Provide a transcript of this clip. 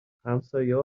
همسایه